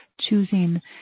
choosing